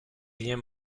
rien